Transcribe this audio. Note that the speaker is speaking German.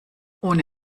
ohne